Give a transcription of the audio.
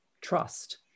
trust